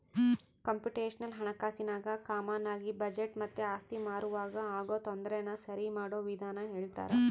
computational ಹಣಕಾಸಿನಾಗ ಕಾಮಾನಾಗಿ budget ಮತ್ತೆ ಆಸ್ತಿ ಮಾರುವಾಗ ಆಗೋ ತೊಂದರೆನ ಸರಿಮಾಡೋ ವಿಧಾನ ಹೇಳ್ತರ